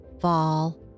fall